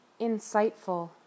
insightful